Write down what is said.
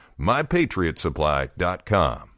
MyPatriotsupply.com